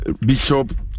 Bishop